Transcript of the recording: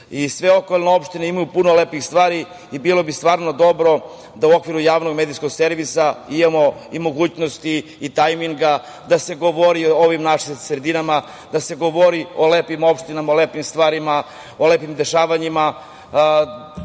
sve okolne opštine imaju puno lepih stvari. Bilo bi stvarno da u okviru javnog medijskog servisa imamo i mogućnosti i tajminga da se govori o ovim našim sredinama, da se govori o lepim opštinama, o lepim stvarima, o lepim dešavanjima.